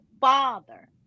father